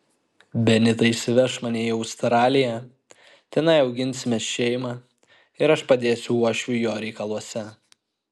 benita išsiveš mane į australiją tenai auginsime šeimą ir aš padėsiu uošviui jo reikaluose